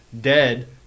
dead